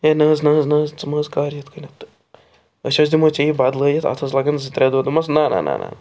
ہےٚ نہَ حظ نہَ حظ نہَ حظ ژٕ مہٕ حظ کَر یِتھٕ کٔنٮ۪تھ تہٕ أسۍ حظ دِمہوے ژےٚ یہِ بَدلٲوِتھ اَتھ حظ لَگَن زٕ ترٛےٚ دۄہ دوٚپمَس نہَ نہَ نہَ نہَ